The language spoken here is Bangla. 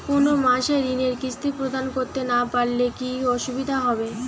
কোনো মাসে ঋণের কিস্তি প্রদান করতে না পারলে কি অসুবিধা হবে?